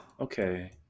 okay